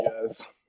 guys